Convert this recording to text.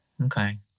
Okay